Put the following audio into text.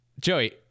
Joey